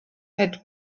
had